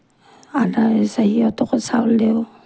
আধা সিজা সিহঁতকো চাউল দিওঁ